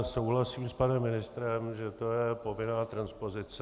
Souhlasím s panem ministrem, že to je povinná transpozice.